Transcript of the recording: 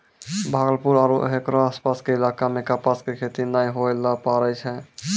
भागलपुर आरो हेकरो आसपास के इलाका मॅ कपास के खेती नाय होय ल पारै छै